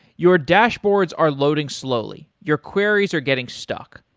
your dashboards are loading slowly, your queries are getting stuck,